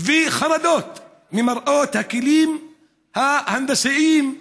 וחרדות ממראות הכלים ההנדסיים,